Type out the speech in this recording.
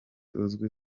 uzwi